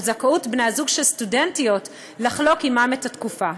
הוא זכאות בני-הזוג של סטודנטיות לחלוק עמן את התקופה.